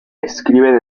escribe